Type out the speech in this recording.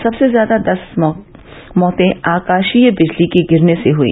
सबसे ज्यादा दस मौते आकाषीय बिजली के गिरने से हुई